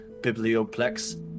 biblioplex